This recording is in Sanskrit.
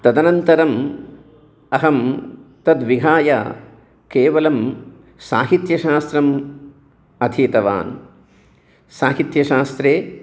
तदनन्तरम् अहं तद्विहाय केवलं साहित्यशास्त्रम् अधीतवान् साहित्यशास्त्रे